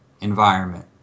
environment